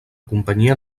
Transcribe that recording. companyia